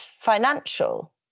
financial